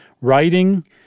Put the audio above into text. writing